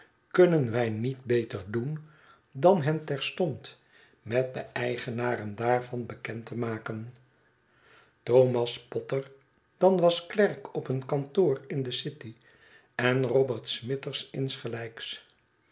kunnen wij niet beter doen dan hen terstond met de eigenaren daarvan bekend te maken thomas potter dan was klerk op een kantoor in de city en robert smithers insgelijks